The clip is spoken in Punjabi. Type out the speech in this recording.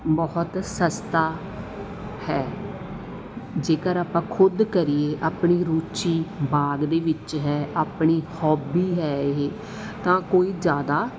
ਬਹੁਤ ਸਸਤਾ ਹੈ ਜੇਕਰ ਆਪਾਂ ਖੁਦ ਕਰੀਏ ਆਪਣੀ ਰੁਚੀ ਬਾਗ ਦੇ ਵਿੱਚ ਹੈ ਆਪਣੀ ਹੋਬੀ ਹੈ ਇਹ ਤਾਂ ਕੋਈ ਜ਼ਿਆਦਾ